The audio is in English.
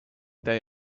they